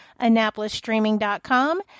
AnnapolisStreaming.com